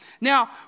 Now